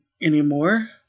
anymore